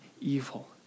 evil